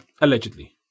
allegedly